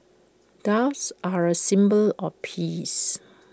doves are A symbol of peace